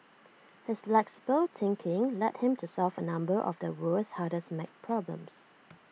his flexible thinking led him to solve A number of the world's hardest math problems